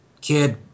kid